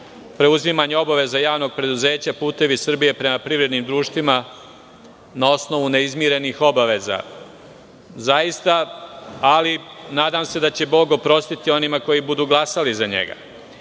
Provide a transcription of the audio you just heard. preuzimanju obaveza JP "Putevi Srbije" prema privrednim društvima na osnovu neizmirenih obaveza. Nadam se da će Bog oprostiti onima koji budu glasali za njega. Sa